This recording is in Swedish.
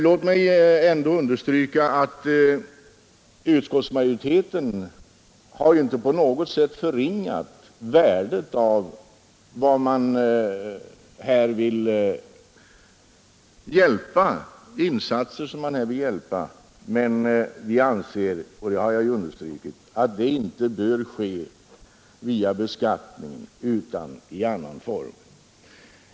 Låt mig ändå understryka att utskottsmajoriteten inte på något sätt har förringat värdet av de hjälpinsatser som man här vill göra, men vi anser att dessa insatser inte bör göras via beskattningen utan i annan form.